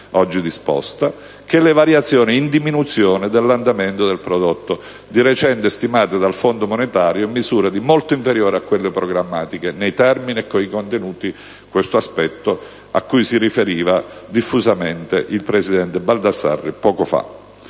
oggi disposta), così come le variazioni in diminuzione dell'andamento del prodotto, di recente stimate dal Fondo monetario in misure di molto inferiori a quelle programmatiche, nei termini e con i contenuti cui si è diffusamente riferito il presidente Baldassarri poco fa.